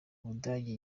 ubudagi